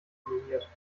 kombiniert